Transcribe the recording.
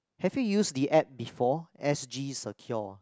have you use the app before S_G secure